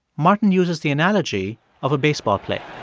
martin uses the analogy of a baseball play